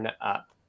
up